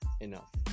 enough